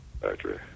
factory